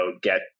get